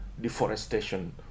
deforestation